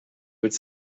would